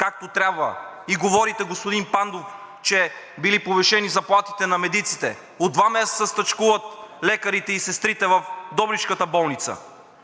както трябва. И говорите, господин Пандов, че били повишени заплатите на медиците?! От два месеца стачкуват лекарите и сестрите в добричката болница.